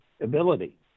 ability